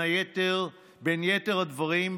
בין יתר הדברים,